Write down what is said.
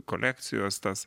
kolekcijos tas